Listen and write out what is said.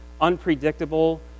unpredictable